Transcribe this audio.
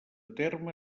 terme